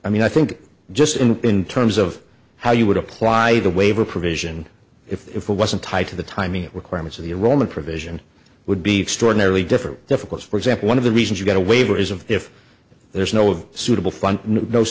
i mean i think just in terms of how you would apply the waiver provision if it wasn't tied to the timing requirements of the roman provision would be extraordinarily different difficult for example one of the reasons you get a waiver is of if there's no of suitable